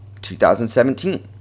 2017